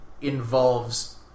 involves